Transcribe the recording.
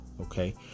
Okay